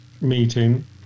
meeting